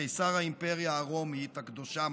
קיסר האימפריה הרומית הקדושה,